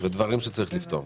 ודברים שצריך לפתור.